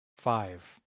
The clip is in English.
five